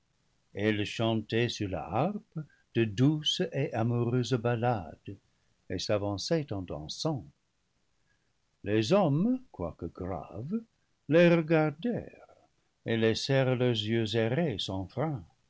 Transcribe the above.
elles chantaient sur la harpe de douces et amoureuses ballades et s'avançaient en dansant les hommes quoique graves les regardèrent et laissèrent leurs yeux errer sans frein